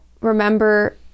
remember